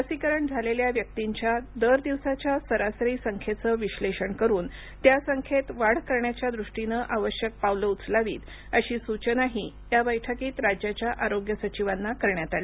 लसीकरण झालेल्या व्यक्तींच्या दरदिवसाच्या सरासरी संख्येचं विश्लेषण करून त्या संख्येत वाढ करण्याच्या दृष्टीनं आवश्यक पावलं उचलावीत अशी सूचनाही या बैठकीत राज्याच्या आरोग्य सचिवांना करण्यात आली